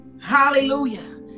Hallelujah